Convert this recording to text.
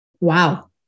Wow